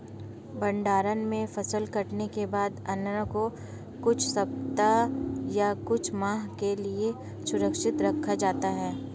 भण्डारण में फसल कटने के बाद अन्न को कुछ सप्ताह या कुछ माह के लिये सुरक्षित रखा जाता है